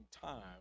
time